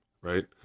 right